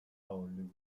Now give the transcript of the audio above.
hollywood